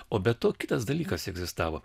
o be to kitas dalykas egzistavo